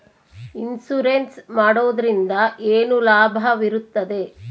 Insurance ಮಾಡೋದ್ರಿಂದ ಏನು ಲಾಭವಿರುತ್ತದೆ?